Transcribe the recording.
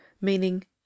meaning